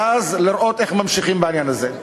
ואז לראות איך ממשיכים בעניין הזה.